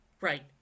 Right